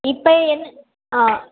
இப்போ என் ஆ